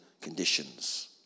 conditions